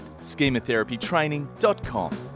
schematherapytraining.com